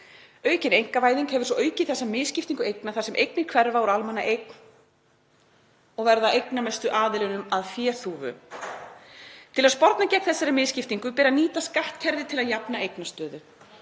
Aukin einkavæðing hefur svo aukið þessa misskiptingu eigna þar sem eignir hverfa úr almannaeign og verða eignamestu aðilunum að féþúfu. Til að sporna gegn þessari misskiptingu ber að nýta skattkerfið til að jafna eignastöðu.